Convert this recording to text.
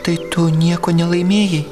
tai tu nieko nelaimėjai